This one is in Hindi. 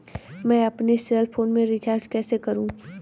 मैं अपने सेल फोन में रिचार्ज कैसे करूँ?